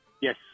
Yes